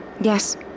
Yes